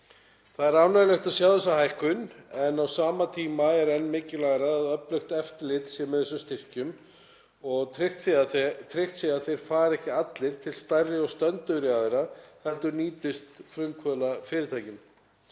Það er ánægjulegt að sjá þessa hækkun en á sama tíma er enn mikilvægara að öflugt eftirlit sé með þessum styrkjum og tryggt sé að þeir fari ekki allir til stærri og stöndugri aðila heldur nýtist frumkvöðlafyrirtækjum.